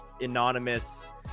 anonymous